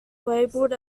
labeled